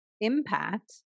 impact